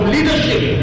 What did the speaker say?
Leadership